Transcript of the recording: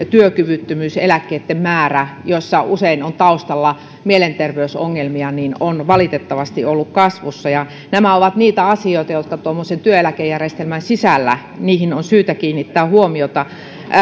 työkyvyttömyyseläkkeiden määrä joissa usein on taustalla mielenterveysongelmia on valitettavasti ollut kasvussa ja nämä ovat niitä asioita joihin tuommoisen työeläkejärjestelmän sisällä on syytä kiinnittää huomiota